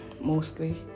mostly